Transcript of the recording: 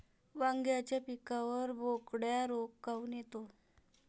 वांग्याच्या पिकावर बोकड्या रोग काऊन येतो?